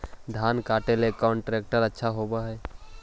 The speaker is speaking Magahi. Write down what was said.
धान कटे ला कौन ट्रैक्टर अच्छा होबा है?